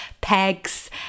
pegs